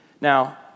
Now